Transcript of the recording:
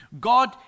God